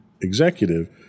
executive